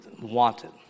wanted